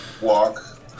walk